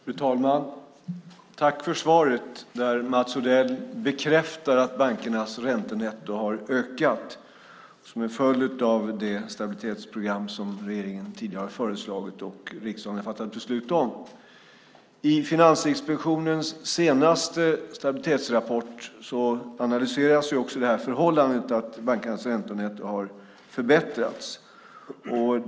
Fru talman! Tack för svaret där Mats Odell bekräftar att bankernas räntenetto har ökat som en följd av det stabilitetsprogram som regeringen tidigare har föreslagit och riksdagen fattat beslut om. I Finansinspektionens senaste stabilitetsrapport analyseras också det förhållandet att bankernas räntenetto har förbättrats.